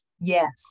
Yes